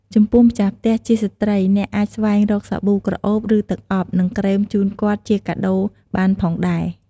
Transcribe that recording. ចំពោះម្ចាស់ផ្ទះជាស្ត្រីអ្នកអាចស្វែងរក សាប៊ូក្រអូប ឬទឹកអប់ និងក្រែមជូនគាត់ជាកាដូរបានផងដែរ។